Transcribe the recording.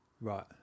Right